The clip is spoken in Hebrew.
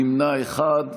63, נמנע אחד.